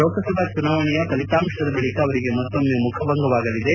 ಲೋಕಸಭಾ ಚುನಾವಣೆಯ ಫಲಿತಾಂಶದ ಬಳಕ ಅವರಿಗೆ ಮತ್ತೊಮ್ಮೆ ಮುಖಭಂಗವಾಗಲಿದೆ